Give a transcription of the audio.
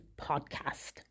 podcast